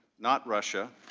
not russia,